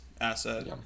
asset